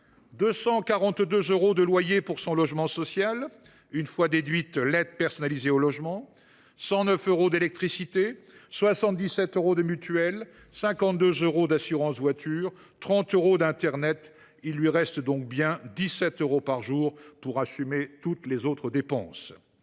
242 euros de loyer pour son logement social, une fois déduite l’aide personnalisée au logement, 109 euros d’électricité, 77 euros de mutuelle, 52 euros d’assurance de sa voiture, 30 euros d’internet… Il lui reste 17 euros par jour pour assumer toutes les autres dépenses.